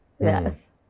Yes